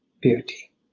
beauty